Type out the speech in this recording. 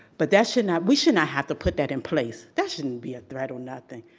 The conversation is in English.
but that should not, we should not have to put that and place. that shouldn't be a threat or nothing.